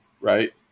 right